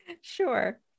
Sure